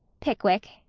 pickwick.